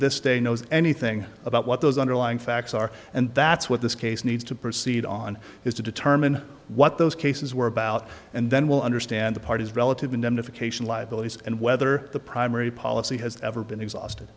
this day knows anything about what those underlying facts are and that's what this case needs to proceed on is to determine what those cases were about and then we'll understand the parties relative indemnification liabilities and whether the primary policy has ever been exhausted